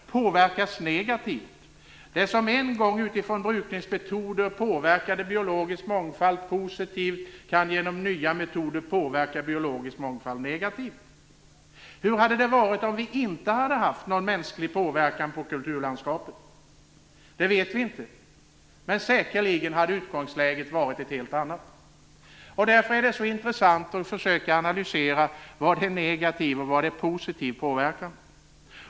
Det som en gång påverkade biologisk mångfald positivt kan genom nya metoder påverka biologisk mångfald negativt. Hur hade det varit om vi inte hade haft någon mänsklig påverkan på kulturlandskapet? Det vet vi inte, men säkerligen hade utgångsläget varit ett helt annat. Därför är det så intressant att försöka analysera vad som är negativ och vad som är positiv påverkan.